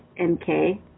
MK